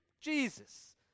Jesus